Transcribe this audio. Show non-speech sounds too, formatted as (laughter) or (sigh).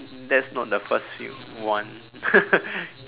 that's not the first few one (laughs)